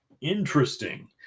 Interesting